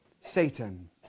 Satan